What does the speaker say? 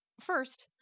First